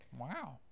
wow